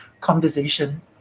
conversation